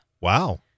Wow